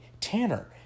Tanner